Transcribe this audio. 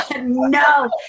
No